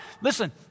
Listen